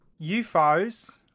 UFOs